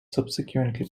subsequently